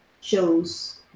shows